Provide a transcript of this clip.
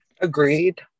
Agreed